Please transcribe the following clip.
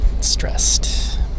Stressed